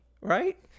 right